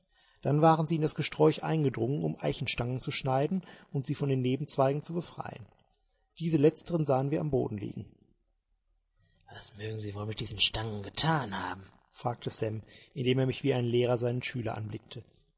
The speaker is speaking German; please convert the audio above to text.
dann waren sie in das gesträuch eingedrungen um eichenstangen zu schneiden und sie von den nebenzweigen zu befreien diese letzteren sahen wir am boden liegen was mögen sie wohl mit diesen stangen getan haben fragte sam indem er mich wie ein lehrer seinen schüler anblickte